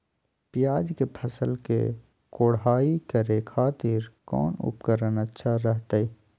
प्याज के फसल के कोढ़ाई करे खातिर कौन उपकरण अच्छा रहतय?